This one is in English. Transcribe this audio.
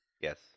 yes